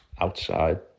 outside